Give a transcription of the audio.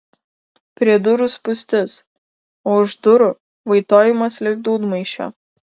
prie durų spūstis o už durų vaitojimas lyg dūdmaišio